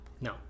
No